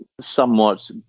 somewhat